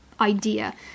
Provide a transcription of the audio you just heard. idea